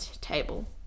table